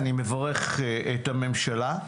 אני מברך את הממשלה,